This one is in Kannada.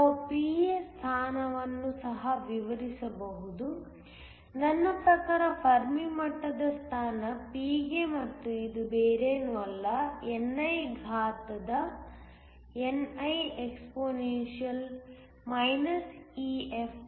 ನಾವು P ಯ ಸ್ಥಾನವನ್ನು ಸಹ ವಿವರಿಸಬಹುದು ನನ್ನ ಪ್ರಕಾರ ಫೆರ್ಮಿ ಮಟ್ಟದ ಸ್ಥಾನ P ಗೆ ಮತ್ತು ಇದು ಬೇರೇನೂ ಅಲ್ಲ ni ಘಾತದ niexp EFp EFikT